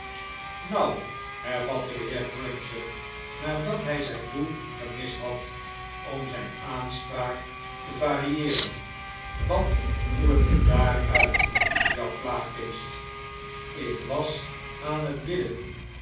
nou hervatte de heer cruncher nadat hij zjjn doel gemist had om zp aanspraak te varieeren wat voert ge daar uit jou plaaggeest ik was aan t bidden